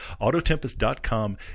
AutoTempest.com